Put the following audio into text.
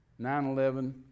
9-11